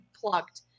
plucked